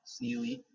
CUE